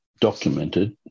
documented